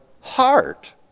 heart